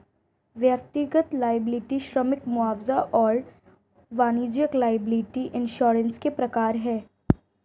व्यक्तिगत लॉयबिलटी श्रमिक मुआवजा और वाणिज्यिक लॉयबिलटी इंश्योरेंस के प्रकार हैं